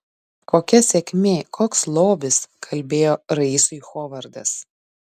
kokia sėkmė koks lobis kalbėjo raisui hovardas